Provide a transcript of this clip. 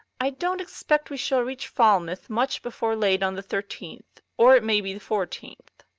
i don't expect we shall reach falmouth much before late on the thirteenth or it may be the four teenth.